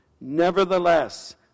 nevertheless